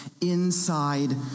inside